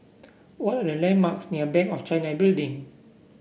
what are the landmarks near Bank of China Building